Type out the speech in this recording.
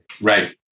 Right